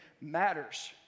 matters